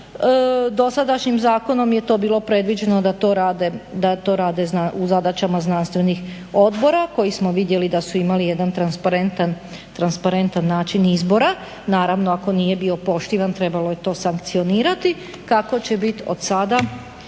Dosadašnjim zakonom je to bilo predviđeno da to rade u zadaćama znanstvenih odbora koji smo vidjeli da su imali jedan transparentan način izbora. Naravno ako nije bio poštivan trebalo je to sankcionirati. Kako će bit od sada